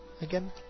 Again